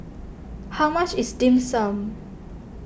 how much is Dim Sum